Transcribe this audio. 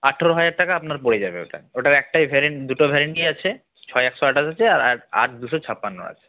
আঠেরো হাজার টাকা আপনার পড়ে যাবে ওটায় ওইটায় একটাই ভেরিয়েন্ট দুটো ভেরিয়েন্টই আছে ছয় একশো আঠাশ আছে আর আট দুশো ছাপ্পান্ন আছে